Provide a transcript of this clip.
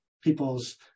people's